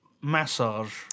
massage